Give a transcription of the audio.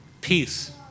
Peace